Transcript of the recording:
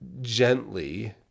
gently